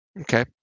Okay